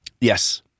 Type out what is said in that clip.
yes